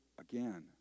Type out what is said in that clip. again